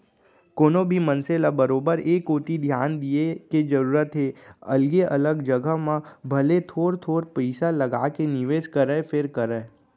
कोनो भी मनसे ल बरोबर ए कोती धियान दिये के जरूरत हे अलगे अलग जघा म भले थोर थोर पइसा लगाके निवेस करय फेर करय